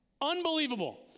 Unbelievable